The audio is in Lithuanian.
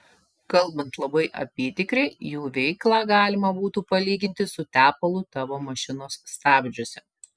kalbant labai apytikriai jų veiklą galima būtų palyginti su tepalu tavo mašinos stabdžiuose